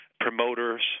promoters